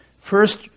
first